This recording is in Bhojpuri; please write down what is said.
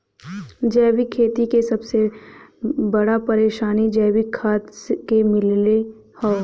जैविक खेती के सबसे बड़ा परेशानी जैविक खाद के मिलले हौ